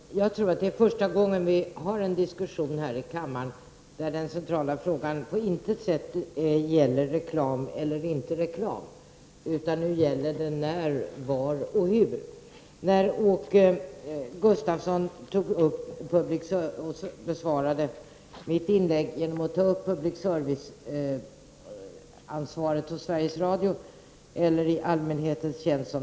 Fru talman! Jag tror att det är första gången som vi har en diskussion här i kammaren, där den centrala frågan på intet sätt gäller reklam eller inte reklam. Nu gäller det när, var och hur. Åke Gustavsson tog upp det som jag sade i mitt inlägg och talade om public service-ansvaret och Sveriges Radio i allmänhetens tjänst.